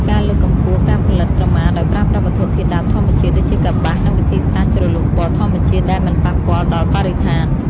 ការលើកកម្ពស់ការផលិតក្រមាដោយប្រើប្រាស់វត្ថុធាតុដើមធម្មជាតិ ដូចជាកប្បាសនិងវិធីសាស្រ្តជ្រលក់ពណ៌ធម្មជាតិដែលមិនប៉ះពាល់ដល់បរិស្ថាន។